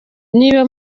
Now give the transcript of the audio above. niba